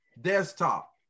desktop